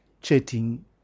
chatting